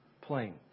plane